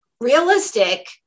realistic